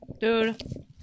dude